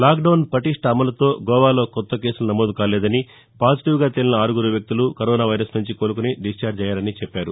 lockdown పటిష్ణ అమలుతో గోవాలో కొత్త కేసులు నమోదు కాలేదని పాజిటివ్గా తేలిన ఆరుగురు వ్యక్తులు కరోనా వైరస్ నుంచి కోలుకుని డిశ్చార్చ్ అయ్యారన్నారు